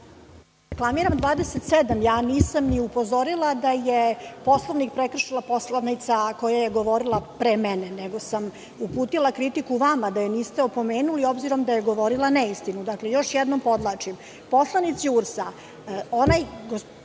Reklamiram član 27.Nisam ni upozorila da je Poslovnik prekršila poslanica koja je govorila pre mene, nego sam uputila kritiku vama da je niste opomenuli obzirom da je govorila neistinu. Dakle, još jednom podvlačim, gospodin Predrag